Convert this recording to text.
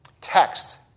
text